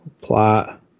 Plot